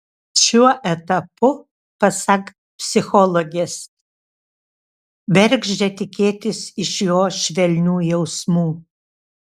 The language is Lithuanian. šiuo etapu pasak psichologės bergždžia tikėtis iš jo švelnių jausmų